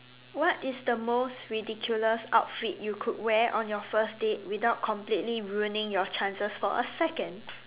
what is the most ridiculous outfit you could wear on your first date without completely ruining your chances for a second